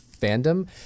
fandom